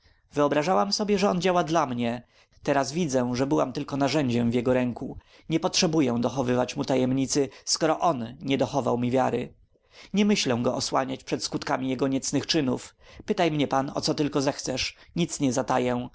wyobrażałam sobie że on działa dla mnie teraz widzę że byłam tylko narzędziem w jego ręku nie potrzebuję dochowywać mu tajemnicy skoro on nie dochował mi wiary nie myślę go osłaniać przed skutkami jego niecnych czynów pytaj mnie pan o co tylko chcesz nic nie zataję